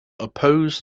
oppose